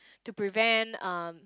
to prevent um